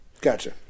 Gotcha